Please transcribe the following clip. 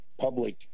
public